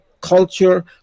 culture